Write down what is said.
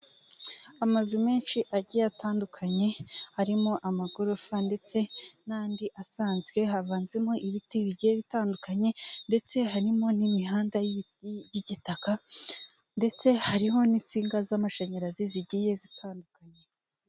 Amazu menshi agiye atandukanye, arimo amagorofa ndetse n'andi asanzwe, havanzemo ibiti bigiye bitandukanye ndetse harimo n'imihanda y'igitaka ndetse hariho n'insinga z'amashanyarazi zigiye zitandukanye.